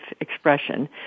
expression